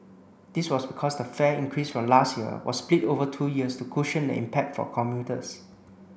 this was because the fare increase from last year was split over two years to cushion the impact for commuters